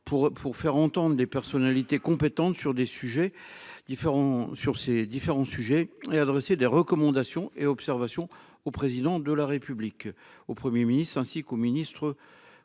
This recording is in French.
pour faire entendre des personnalités compétentes sur des sujets différents. Sur ces différents sujets et adresser des recommandations et observations au président de la République au 1er ministre ainsi qu'aux ministres